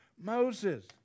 Moses